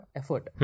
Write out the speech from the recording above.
effort